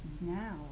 now